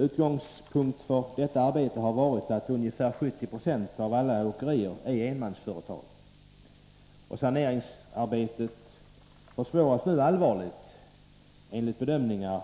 Utgångspunkt för detta arbete har varit att ungefär 70 96 av alla åkerier är enmansföretag. Saneringsarbetet försvåras nu allvarligt